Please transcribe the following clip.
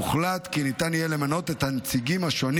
הוחלט כי ניתן יהיה למנות את הנציגים השונים